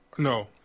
No